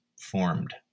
formed